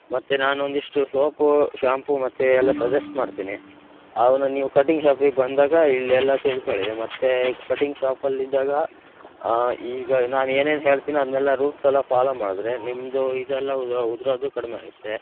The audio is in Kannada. ಮತ್ತು ನಾನೊಂದಿಷ್ಟು ಸೋಪು ಶಾಂಪೂ ಮತ್ತು ಎಲ್ಲ ಸಜೆಸ್ಟ್ ಮಾಡ್ತೀನಿ ಅವ್ನ ನೀವು ಕಟಿಂಗ್ ಶಾಪಿಗೆ ಬಂದಾಗ ಇಲ್ಲೆಲ್ಲ ತಿಳ್ಕೊಳ್ಳಿ ಮತ್ತು ಕಟಿಂಗ್ ಶಾಪಲ್ಲಿದ್ದಾಗ ಈಗ ನಾನು ಏನೇನು ಹೇಳ್ತೀನೋ ಅದನ್ನೆಲ್ಲ ರೂಲ್ಸೆಲ್ಲ ಫಾಲೋ ಮಾಡಿದ್ರೆ ನಿಮ್ಮದು ಇದೆಲ್ಲ ಉದುರೋದು ಕಡಿಮೆ ಆಗುತ್ತೆ